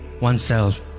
oneself